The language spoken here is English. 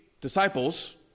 disciples